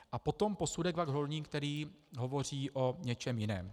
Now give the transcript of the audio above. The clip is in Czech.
A potom posudek VaK Hodonín, který hovoří o něčem jiném.